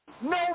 No